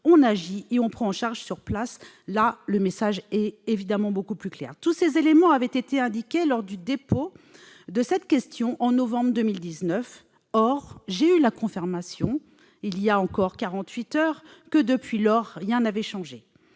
on agit et on prend en charge sur place. Là, le message est évidemment beaucoup plus clair. Tous ces éléments avaient été indiqués lors du dépôt de cette question en novembre 2019. Or j'ai eu la confirmation, il y a encore quarante-huit heures, que, depuis lors, rien n'avait changé.